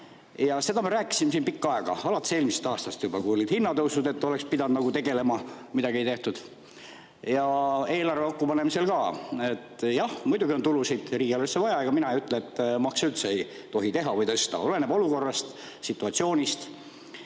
jaoks. Ja ma rääkisin siin pikka aega alates eelmisest aastast juba, kui olid hinnatõusud, et seda oleks pidanud tegelema. Midagi ei tehtud. Ja eelarve kokkupanemisel ka: jah, muidugi on tulusid riigieelarvesse vaja. Ega mina ei ütle, et makse üldse ei tohi teha või tõsta. Oleneb olukorrast, situatsioonist.